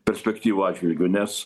perspektyvų atžvilgiu nes